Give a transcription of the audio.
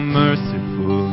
merciful